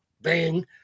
Bang